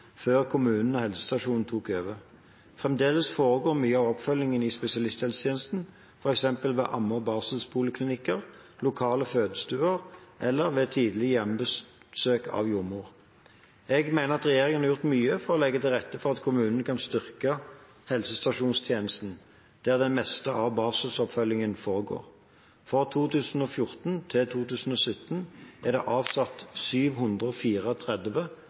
før kommunen og helsestasjonen tok over. Fremdeles foregår mye av oppfølgingen i spesialisthelsetjenesten, f.eks. ved amme- og barselpoliklinikker, lokale fødestuer eller ved tidlig hjemmebesøk av jordmor. Jeg mener at regjeringen har gjort mye for å legge til rette for at kommunene kan styrke helsestasjonstjenesten, der det meste av barseloppfølgingen foregår. For 2014–2017 er det avsatt 734,4 mill. kr gjennom kommunerammen til å styrke helsestasjons- og